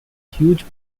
huge